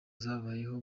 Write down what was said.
zabayeho